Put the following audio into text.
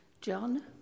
John